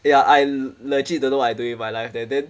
ya I legit don't know what I doing with my life there then